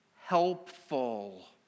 helpful